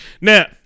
Now